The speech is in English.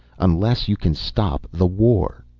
unless you can stop the war.